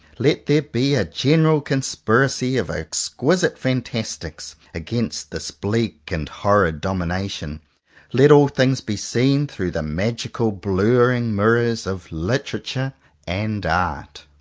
let there be a general conspiracy of exquisite fan tastics, against this bleak and horrid dom ination. let all things be seen through the magical blurring mirrors of literature and art.